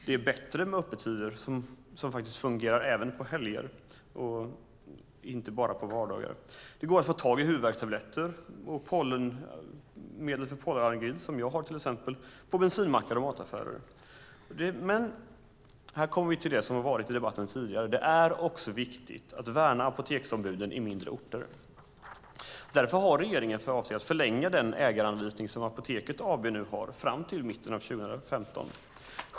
Det är bättre med öppettider även på helger och inte bara på vardagar. Det går att få tag i huvudvärkstabletter och medel för pollenallergi, som till exempel jag har, på bensinmackar och i mataffärer. Här kommer vi dock till det som har varit uppe tidigare i debatten: Det är också viktigt att värna apoteksombuden på mindre orter. Därför har regeringen för avsikt att förlänga den ägaranvisning som Apoteket AB nu har fram till mitten av 2015.